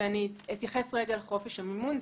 ואני אתייחס רגע לחופש המימון.